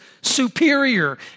superior